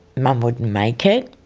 mum wouldn't make it,